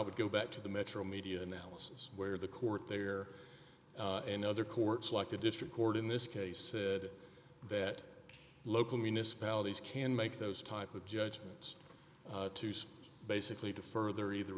would go back to the metro media analysis where the court there and other courts like the district court in this case that local municipalities can make those type of judgments basically to further either